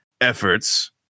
efforts